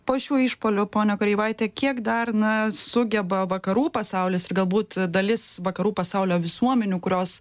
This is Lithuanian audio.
po šių išpuolių ponia koreivaite kiek dar na sugeba vakarų pasaulis ir galbūt dalis vakarų pasaulio visuomenių kurios